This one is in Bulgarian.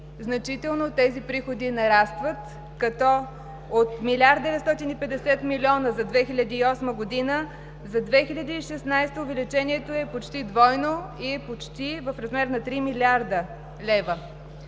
значително тези приходи нарастват, като от 1 млрд. 950 млн. за 2008 г., за 2016 г. увеличението е почти двойно и е почти в размер на 3 млрд. лв.